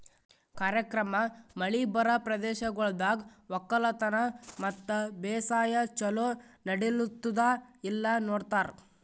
ಕಾರ್ಯಕ್ರಮ ಮಳಿ ಬರಾ ಪ್ರದೇಶಗೊಳ್ದಾಗ್ ಒಕ್ಕಲತನ ಮತ್ತ ಬೇಸಾಯ ಛಲೋ ನಡಿಲ್ಲುತ್ತುದ ಇಲ್ಲಾ ನೋಡ್ತಾರ್